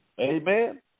amen